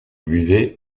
buvait